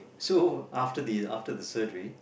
so after the after the surgery